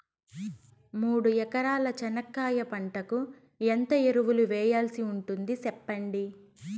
మూడు ఎకరాల చెనక్కాయ పంటకు ఎంత ఎరువులు వేయాల్సి ఉంటుంది సెప్పండి?